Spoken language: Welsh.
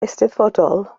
eisteddfodol